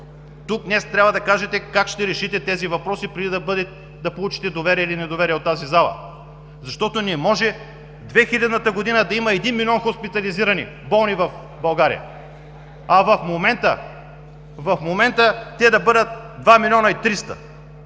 тук, днес, трябва да кажете как ще решите тези въпроси преди да получите доверие или недоверие от тази зала. Не може през 2000 г. да има един милион хоспитализирани болни в България, а в момента те да бъдат два милиона и